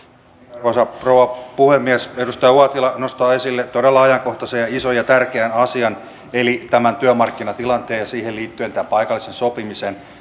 arvoisa rouva puhemies edustaja uotila nostaa esille todella ajankohtaisen ison ja tärkeän asian eli tämän työmarkkinatilanteen ja siihen liittyen tämän paikallisen sopimisen